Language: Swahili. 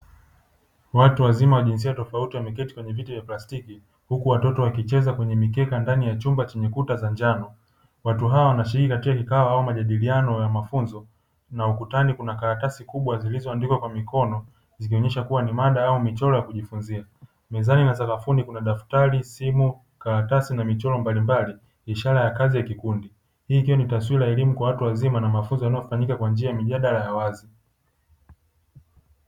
Watu wazima wa jinsia tofauti wameketi kwenye viti vya plastiki, huku watoto wakicheza kwenye mikeka ndani ya chumba chenye kuta za njano. Watu hao wanashiriki katika kikao au majadiliano ya mafunzo, na ukutanani kuna karatasi kubwa zilizo andikwa kwa mikono zikionyesha kuwa ni mada au michoro ya kujifunzia. Mezani na sakafuni kuna: daftari, simu, karatasi na michoro mbalimbali; ishara ya kazi ya kikundi. Hii ikiwa ni taswira ya elimu kwa watu wazima na mafunzo yanayofanyika kwa njia ya mijadala ya wazi.